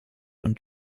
und